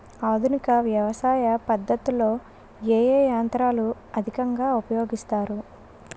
ఆధునిక వ్యవసయ పద్ధతిలో ఏ ఏ యంత్రాలు అధికంగా ఉపయోగిస్తారు?